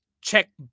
check